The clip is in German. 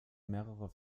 mehrerer